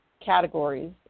categories